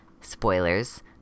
spoilers